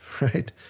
right